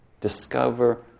Discover